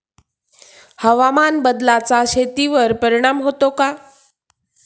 हवामान बदलाचा शेतीवर परिणाम होतो का?